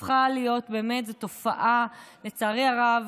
לצערי הרב,